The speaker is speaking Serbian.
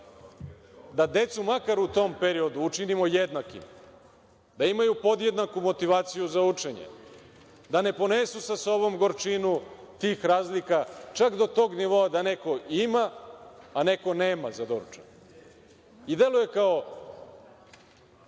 Da decu makar u tom periodu učinimo jednakim, da imaju podjednaku motivaciju za učenje, da ne ponesu sa sobom gorčinu tih razlika, čak do tog nivoa da neko ima, a neko nema za doručak. Deluje kao